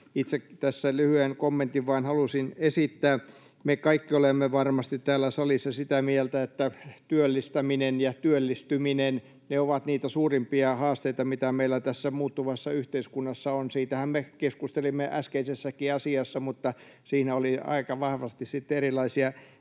esittää vain lyhyen kommentin. Me kaikki olemme varmasti täällä salissa sitä mieltä, että työllistäminen ja työllistyminen ovat niitä suurimpia haasteita, mitä meillä tässä muuttuvassa yhteiskunnassa on. Siitähän me keskustelimme äskeisessäkin asiassa, mutta siinä oli aika vahvasti sitten